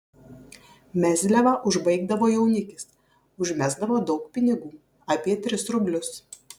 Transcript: mezliavą užbaigdavo jaunikis užmesdavo daug pinigų apie tris rublius